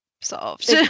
solved